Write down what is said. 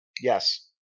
Yes